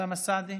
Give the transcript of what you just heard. אוסאמה סעדי,